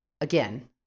again